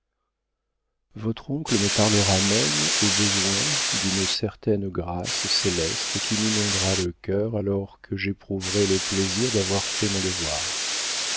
votre oncle me parlera même au besoin d'une certaine grâce céleste qui m'inondera le cœur alors que j'éprouverai le plaisir d'avoir fait mon devoir